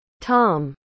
Tom